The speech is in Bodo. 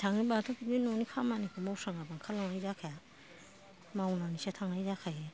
थाङोबाथ' बे न'नि खामानिखौ मावस्राङाबा ओंखारलांनाय जाखाया मावनानैसो थांनाय जाखायो